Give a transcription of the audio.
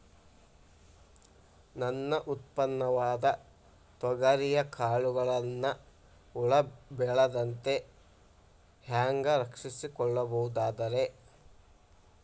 ನನ್ನ ಉತ್ಪನ್ನವಾದ ತೊಗರಿಯ ಕಾಳುಗಳನ್ನ ಹುಳ ಬೇಳದಂತೆ ಹ್ಯಾಂಗ ರಕ್ಷಿಸಿಕೊಳ್ಳಬಹುದರೇ?